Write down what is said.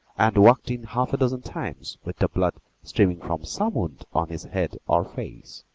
and walked in half a dozen times with the blood streaming from some wound on his head or face.